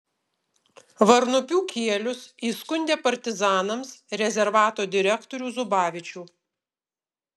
varnupių kielius įskundė partizanams rezervato direktorių zubavičių